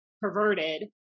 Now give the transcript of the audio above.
perverted